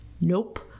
nope